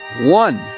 One